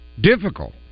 difficult